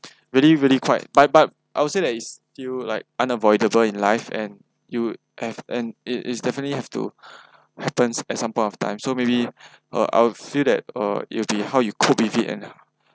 really really quite but but I would say that it's still like unavoidable in life and you have and it it's definitely have to happens at some point of time so maybe uh I'll feel that uh it'll be how you cope with it and